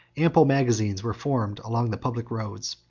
ample magazines were formed along the public roads,